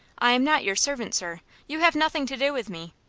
i am not your servant, sir. you have nothing to do with me.